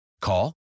Call